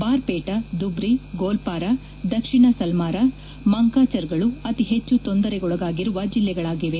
ಬಾರ್ಪೇಟಾ ದುಬಿ ಗೋಲ್ಪಾರ ದಕ್ಷಿಣ ಸಲ್ಮಾರ ಮಂಕಾಚರ್ಗಳು ಅತಿ ಹೆಚ್ಚು ತೊಂದರೆಗೊಳಗಾಗಿರುವ ಜಿಲ್ಲೆಗಳಾಗಿವೆ